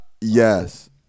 Yes